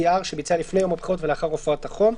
שביצע לפני יום הבחירות ולאחר הופעת החום.